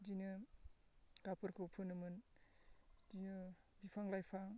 बिदिनो गाबफोरखो फुनोमोन बिदिनो बिफां लाइफां